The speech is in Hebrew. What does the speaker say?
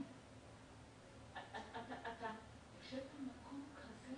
לכם שכרגע